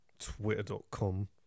twitter.com